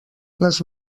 les